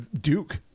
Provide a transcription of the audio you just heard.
Duke